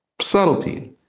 subtlety